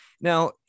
Now